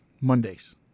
Mondays